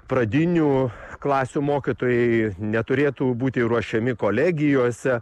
pradinių klasių mokytojai neturėtų būti ruošiami kolegijose